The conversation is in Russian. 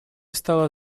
стало